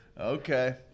Okay